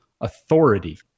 authority